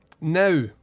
Now